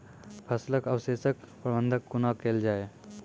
फसलक अवशेषक प्रबंधन कूना केल जाये?